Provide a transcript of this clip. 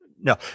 no